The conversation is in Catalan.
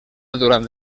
durant